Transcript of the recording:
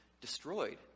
destroyed